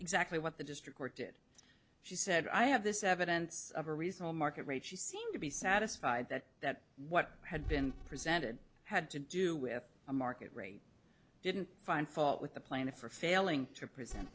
exactly what the district where did she said i have this evidence of a reasonable market rate she seemed to be satisfied that that what had been presented had to do with a market rate didn't find fault with the plaintiff for failing to pr